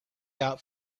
out